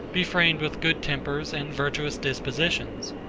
be framed with good tempers and virtuous dispositions.